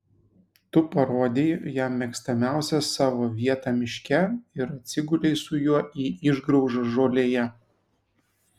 tu parodei jam mėgstamiausią savo vietą miške ir atsigulei su juo į išgraužą žolėje